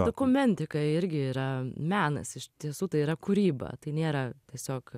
dokumentika irgi yra menas iš tiesų tai yra kūryba tai nėra tiesiog